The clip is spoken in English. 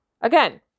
Again